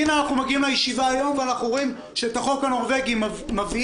הנה אנחנו מגיעים לישיבה היום ואנחנו רואים שאת החוק הנורווגי מביאים